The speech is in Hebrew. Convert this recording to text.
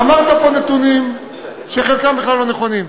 אמרת פה נתונים שחלקם בכלל לא נכונים.